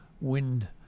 wind